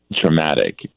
traumatic